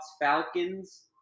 falcons